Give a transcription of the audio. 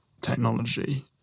technology